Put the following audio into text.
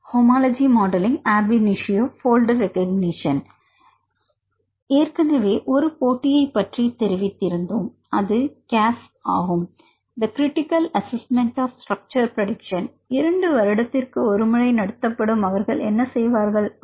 மாணவர் homology modelling ab initio folder recognition மிகச் சரி ஏற்கனவே ஒரு போட்டியை பற்றி தெரிவித்திருந்தோம் அது CASP ஆகும் The critical Assessment of a structure prediction இரண்டு வருடத்திற்கு ஒருமுறை நடத்தப்படும் அவர்கள் என்ன செய்வார்கள்